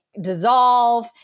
dissolve